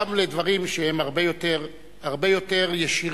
גם לדברים שהם הרבה יותר ישירים